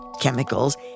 chemicals